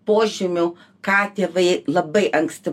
požymių ką tėvai labai anksti